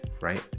right